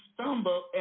stumble